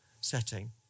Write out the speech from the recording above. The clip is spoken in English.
setting